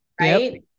Right